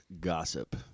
gossip